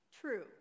true